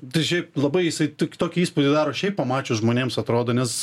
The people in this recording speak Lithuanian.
tai šiaip labai jisai tik tokį įspūdį daro šiaip pamačius žmonėms atrodo nes